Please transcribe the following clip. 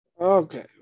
Okay